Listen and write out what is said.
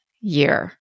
year